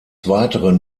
weiteren